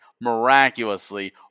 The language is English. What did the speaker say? miraculously